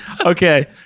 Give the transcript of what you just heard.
Okay